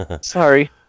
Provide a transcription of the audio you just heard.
Sorry